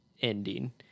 ending